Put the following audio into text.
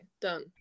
done